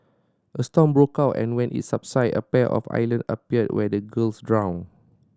a storm broke out and when it subsided a pair of island appeared where the girls drowned